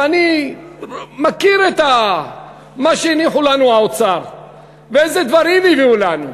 ואני מכיר את מה שהניחו לנו האוצר ואיזה דברים הביאו לנו.